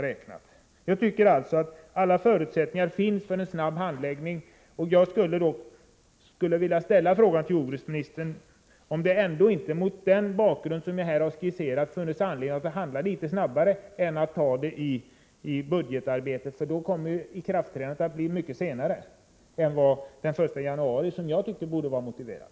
Jag tycker att alla förutsättningar finns för en snabb handläggning, och jag skulle därför vilja fråga jordbruksministern om det ändå inte mot den bakgrund jag här har skisserat finns anledning att handla litet snabbare än som blir fallet om frågan skall prövas i budgetarbetet — då ikraftträdandet kommer att ske mycket senare än den 1 januari, en tidpunkt som jag tycker är motiverad.